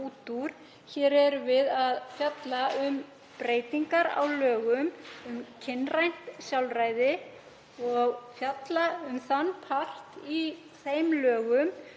Hér erum við að fjalla um breytingar á lögum um kynrænt sjálfræði og fjalla um þann part í þeim lögum